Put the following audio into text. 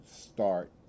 start